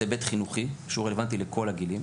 זה היבט חינוכי שהוא רלוונטי לכל הגילים